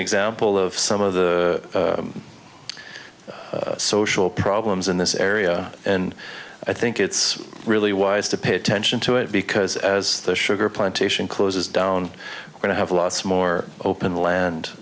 example of some of the social problems in this area and i think it's really wise to pay attention to it because as the sugar plantation closes down i have lots more open land